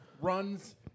runs